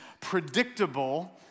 predictable